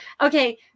okay